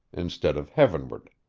instead of heavenward,